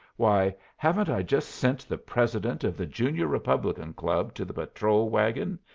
why, haven't i just sent the president of the junior republican club to the patrol-wagon,